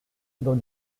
dans